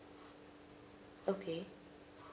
okay